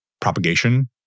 propagation